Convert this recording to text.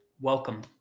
welcome